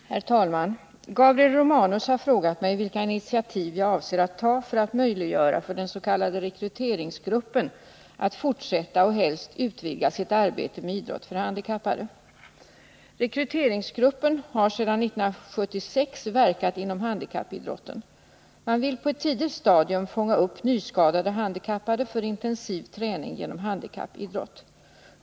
269, och anförde: Herr talman! Gabriel Romanus har frågat mig vilka initiativ jag avser att ta för att möjliggöra för den s.k. rekryteringsgruppen att fortsätta och helst utvidga sitt arbete med idrott för handikappade. Rekryteringsgruppen har sedan år 1976 verkat inom handikappidrotten. 121 Man vill på ett tidigt stadium fånga upp nyskadade handikappade för intensiv träning genom handikappidrott.